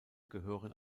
gehören